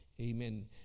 Amen